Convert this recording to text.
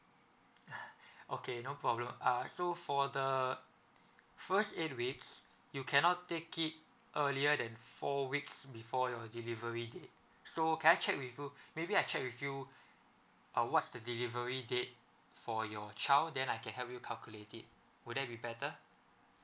okay no problem uh so for the first eight weeks you cannot take it earlier than four weeks before your delivery date so can I check with you maybe I check with you uh what's the delivery date for your child then I can help you calculate it would that be better